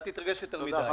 אל תתרגש יותר מדי.